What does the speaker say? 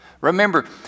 Remember